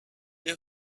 you